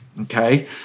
Okay